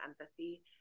empathy